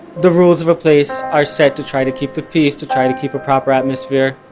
the rules of a place are set to try to keep the peace, to try to keep a proper atmosphere,